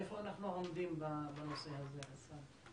איפה אנחנו עומדים בנושא הזה, חסאן?